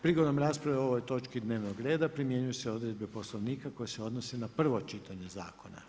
Prigodom rasprave o ovoj točki dnevnog reda primjenjuju se odredbe Poslovnika koje se odnose na prvo čitanje zakona.